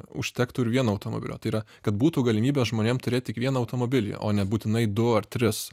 užtektų ir vieno automobilio tai yra kad būtų galimybė žmonėm turėti tik vieną automobilį o nebūtinai du ar tris